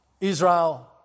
Israel